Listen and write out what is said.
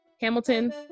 Hamilton